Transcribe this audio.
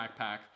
backpack